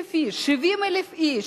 60,000 איש, 70,000 איש,